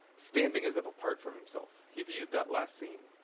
standing as if apart from himself, he viewed that last scene.